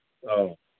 ꯑꯧ